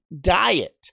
diet